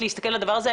להסתכל על הדבר הזה.